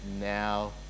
now